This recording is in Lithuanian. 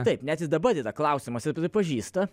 taip net ir dabar yra klausimas ir pripažįsta